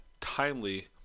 timely